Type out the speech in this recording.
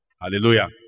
Hallelujah